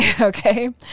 okay